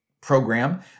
program